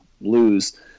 lose